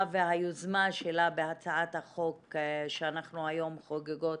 והיוזמה שלה בהצעת החוק שאנחנו היום חוגגות